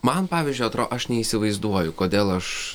man pavyzdžiui atro aš neįsivaizduoju kodėl aš